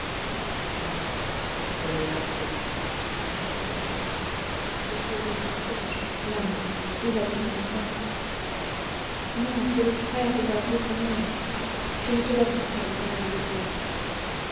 vita mors murmura-t-il in morte vita toujours le même songe la mort dans la vie la vie dans la mort non non c'est le frère de ma pauvre mère je ne te donnerai pas les moyens de le perdre